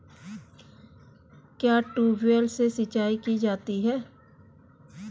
क्या ट्यूबवेल से सिंचाई की जाती है?